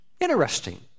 interesting